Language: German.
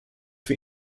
wir